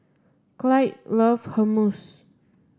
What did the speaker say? Clyde loves Hummus